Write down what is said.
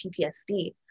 PTSD